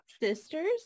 Sisters